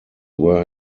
were